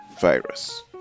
virus